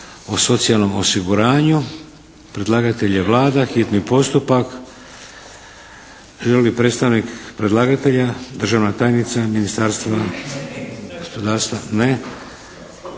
čitanje, P.Z.br. 631 Predlagatelj je Vlada. Hitni postupak. Želi li predstavnik predlagatelja? Državna tajnica Ministarstva gospodarstva? Ne.